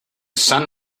sun